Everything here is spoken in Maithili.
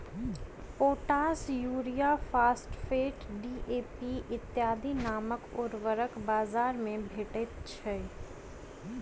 पोटास, यूरिया, फास्फेट, डी.ए.पी इत्यादि नामक उर्वरक बाजार मे भेटैत छै